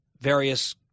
various